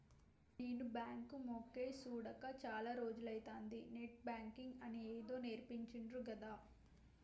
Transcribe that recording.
నేను బాంకు మొకేయ్ సూడక చాల రోజులైతంది, నెట్ బాంకింగ్ అని ఏదో నేర్పించిండ్రు గదా